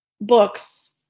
books